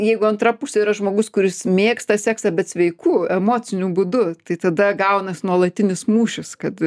jeigu antra pusė yra žmogus kuris mėgsta seksą bet sveiku emociniu būdu tai tada gaunas nuolatinis mūšis kad